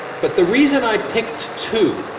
but the reason i picked two,